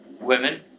women